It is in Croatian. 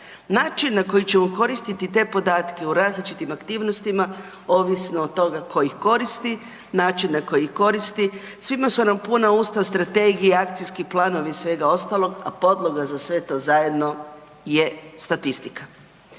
Način na koji ćemo koristiti te podatke u različitim aktivnostima ovisno od toga ko ih koristi, način na koji ih koristi. Svima su nam puna usta strategija, akcijski planovi, svega ostalog, a podloga za sve to zajedno je statistika.